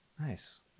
nice